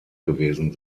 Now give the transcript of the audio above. gewesen